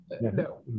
no